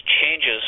changes